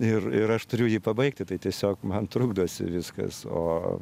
ir ir aš turiu jį pabaigti tai tiesiog man trukdosi viskas o